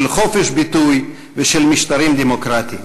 של חופש ביטוי ושל משטרים דמוקרטיים.